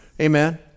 Amen